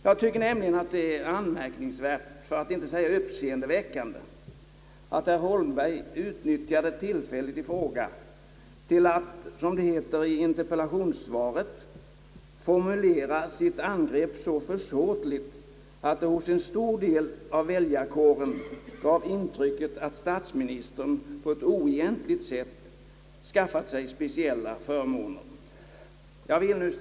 Jag tycker nämligen att det är anmärkningsvärt, för att inte säga uppseendeväckande, att herr Holmberg utnyttjade tillfället i fråga till att, som det heter i interpellationssvaret, formulera sitt angrepp så försåtligt, »att det hos en stor del av väljarkåren gav intrycket att statsministern på ett oegentligt sätt skaffat sig speciella förmåner». 1.